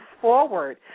forward